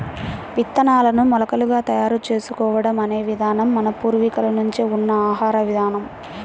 విత్తనాలను మొలకలుగా తయారు చేసుకోవడం అనే విధానం మన పూర్వీకుల నుంచే ఉన్న ఆహార విధానం